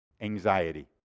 anxiety